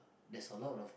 there's a lot of